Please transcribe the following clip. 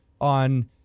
on